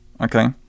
Okay